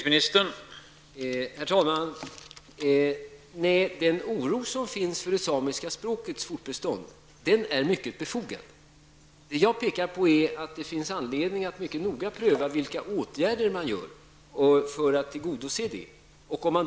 Herr talman! Nej, den oro som finns för det samiska språkets fortbestånd är mycket befogad. Vad jag visat på är att det finns anledning att mycket noga pröva vilka åtgärder som skall vidtas för att tillgodose önskemålen.